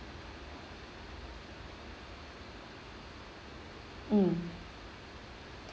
mm